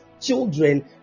children